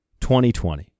2020